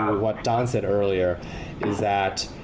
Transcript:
what don said earlier is that